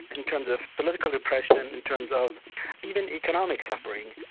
in terms of political repression and in terms of even economic suffering.